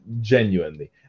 genuinely